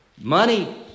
Money